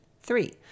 Three